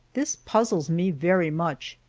this puzzles me very much,